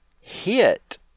hit